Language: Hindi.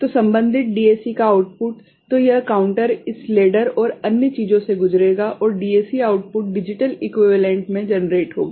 तो संबंधित DAC का आउटपुट तो यह काउंटर इस लेडर और अन्य चीजों से गुजरेगा और DAC आउटपुट डिजिटल इक्वीवेलेंट में जनरेट होंगा